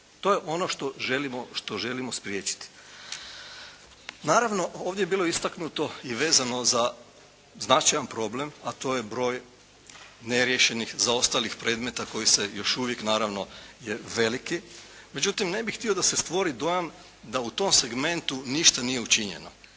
To je ono što želimo spriječiti. Naravno ovdje je bilo istaknuto i vezano za značajan problem, a to je broj neriješenih zaostalih predmeta koji se još uvijek naravno je veliki. Međutim, ne bih htio da se stvori dojam da u tom segmentu ništa nije učinjeno.